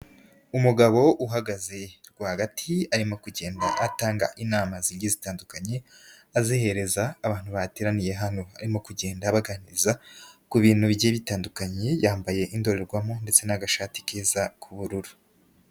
Umugabo uhagaze rwagati, arimo kugenda atanga inama zigiye zitandukanye, azihereza abantu bateraniye hano, arimo kugenda baganiriza ku bintu bigiye bitandukanye, yambaye indorerwamo ndetse n'agashati keza k'ubururu.